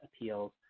appeals